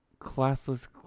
classless